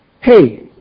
Hey